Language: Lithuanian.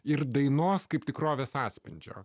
ir dainos kaip tikrovės atspindžio